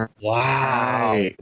Wow